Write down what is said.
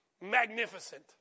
magnificent